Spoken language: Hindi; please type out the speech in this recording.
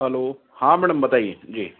हेलो हाँ मैडम बताइए जी